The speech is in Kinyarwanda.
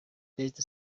best